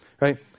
Right